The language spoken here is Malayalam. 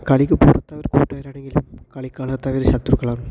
കളിക്ക് പുറത്ത് അവർ കൂട്ടുകാരാണെങ്കിലും കളിക്കളത്തിൽ അവർ ശത്രുക്കളാണ്